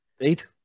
eight